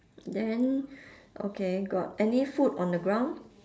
then okay got any food on the ground